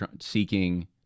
seeking